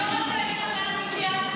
מה זה הדבר הזה?